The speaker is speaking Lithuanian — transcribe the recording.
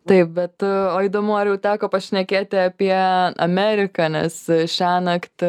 taip bet o įdomu ar jau teko pašnekėti apie ameriką nes šiąnakt